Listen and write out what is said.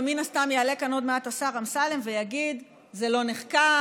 ומן הסתם יעלה כאן עוד מעט השר אמסלם ויגיד: זה לא נחקר,